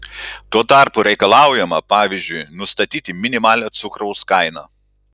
tuo tarpu reikalaujama pavyzdžiui nustatyti minimalią cukraus kainą